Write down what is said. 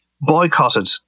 boycotted